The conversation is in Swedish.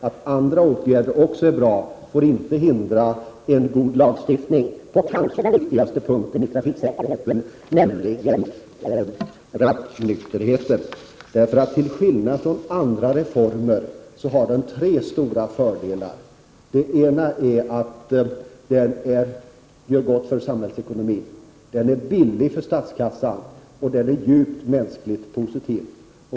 Att även andra åtgärder är bra får inte hindra en god lagstiftning beträffande den kanske viktigaste punkten i fråga om trafiksäkerheten, nämligen rattonykterheten. Till skillnad från andra reformer har en ändrad lagstiftning här tre stora fördelar. Den gör gott för samhällsekonomin. Den är billig för statskassan, och den är djupt mänskligt positiv.